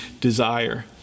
desire